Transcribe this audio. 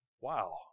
Wow